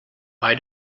bei